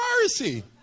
mercy